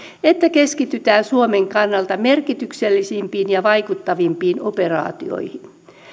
että keskitytään suomen kannalta merkityksellisimpiin ja vaikuttavimpiin operaatioihin